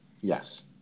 Yes